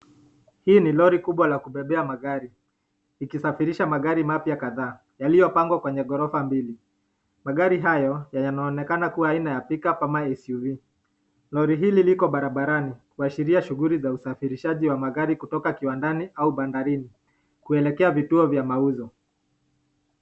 Hii ni Lori kubwa la kubebea magari, ikisafirisha magari mapya kadhaa, yaliyopakwa kwenye ghorofa mbili, magari hayo yanaonekana haina, Lori hili liko Barabarani kuashiria kusafirishaji wa magari kutoka kiwandani au bandarini kuelekea vituo vya mauzo.